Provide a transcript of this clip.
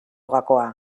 gakoa